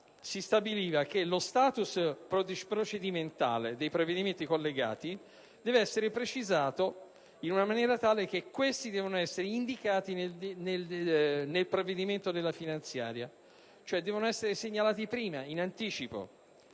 si prevede che lo *status* procedimentale dei provvedimenti collegati deve essere precisato in maniera tale che questi devono essere indicati nella finanziaria, ossia devono essere segnalati prima, in anticipo,